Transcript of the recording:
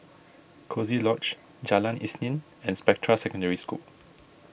Coziee Lodge Jalan Isnin and Spectra Secondary School